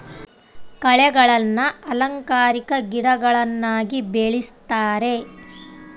ಕಳೆಗಳನ್ನ ಅಲಂಕಾರಿಕ ಗಿಡಗಳನ್ನಾಗಿ ಬೆಳಿಸ್ತರೆ